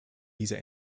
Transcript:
dieser